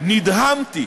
נדהמתי